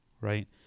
right